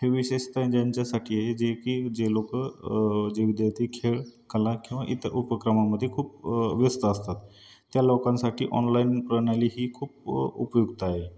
हे विशेषता ज्यांच्यासाठी आहे जे की जे लोकं जे विद्यार्थी खेळ कला किंवा इतर उपक्रमामध्ये खूप व्यस्त असतात त्या लोकांसाठी ऑनलाईन प्रणाली ही खूप उपयुक्त आहे